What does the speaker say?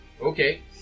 Okay